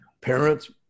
Parents